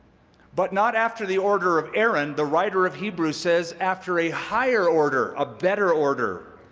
but not after the order of aaron. the writer of hebrews says after a higher order, a better order,